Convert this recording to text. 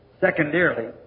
secondarily